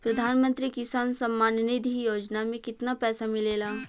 प्रधान मंत्री किसान सम्मान निधि योजना में कितना पैसा मिलेला?